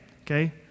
okay